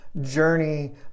journey